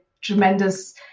tremendous